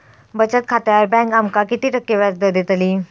बचत खात्यार बँक आमका किती टक्के व्याजदर देतली?